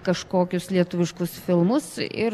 kažkokius lietuviškus filmus ir